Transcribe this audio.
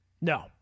No